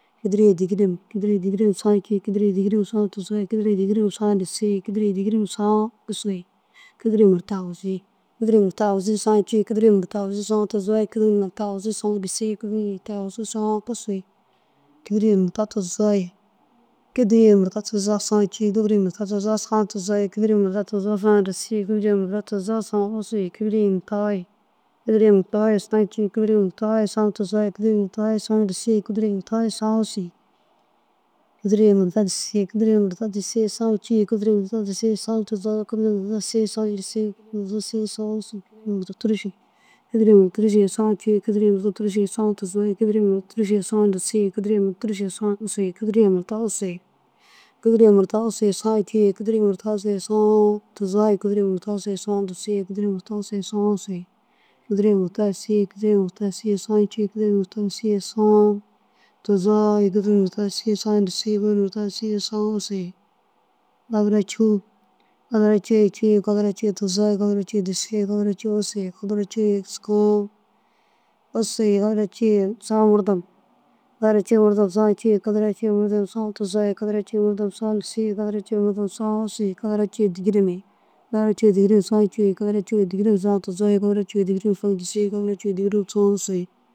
Kîdiri ye dîgirem kîdiri ye dîgirem saã cûu kîdiri ye dîgirem saã tuzoo kîdiri ye dîgirem saã disii kîdiri ye dîgirem saã ussu. Kîdiri ye murta aguzuu kîdiri ye murta aguzuu saã cûu kîdiri ye murta aguzuu saã disii kîdiri ye murta aguzuu saã ussu. Kîdiri ye murta tuzoo kîdiri ye murta tuzoo saã cûu kîdiri ye murta tuzoo saa tuzoo kîdiri ye murta tuzoo saã disii kîdiri murta tuzoo saã ussu. Kîdiri ye murta foo kîdiri ye murta foo ye saã cûu kîdiri ye murta foo saã tuzoo kîdiri ye murta foo saã disii kîdiri ye murta foo saã ussu. Kîdiri ye murta disii kîdiri ye murta disii saã cûu kîdiri ye murta disii saã tuzoo kîdiri ye murta disii saã disii kîdiri ye murta disii saã ussu. Kîdiri ye murta tûrusuu kîdiri ye murta tûrusu saã cûu kîdiri ye murta tûrusu saã tuzoo kîdiri ye murta tûrusu saã disii kîdiri ye murta tûrusu saã ussu. Kîdiri ye murta ussu kîdiri ye murta ussu saã cûu kîdiri ye murta ussu saã tuzoo kîdiri ye murta ussu saã disii kîdiri ye murta ussu saã ussu. Kîdiri ye murta yîsii kîdiri ye murta yîsii saã cûu kîdiri ye murta yîsii saã tuzoo kîdiri ye murta yîsii saã disii kîdiri ye murta yîsii saã ussu. Kadara cûu kadara cûu ye saã cûu kadara cûu ye saã tuzoo kadara cûu ye saã disii kadara cûu ye saã ussu kadara cûu ye saã murdom ye kadara cûu ye murdom saã cûu kadara cûu ye murdom saã tuzoo kadara cûu ye murdom saã disii kadara cûu ye murdom saã ussu kadara cûu ye dîgirem ye kadara cûu ye dîgirem saã cûu kadara cûu ye dîgirem saã tuzoo kadara cûu ye dîgirem saã disii kadara cûu ye dîgirem sãa ussu.